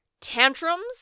tantrums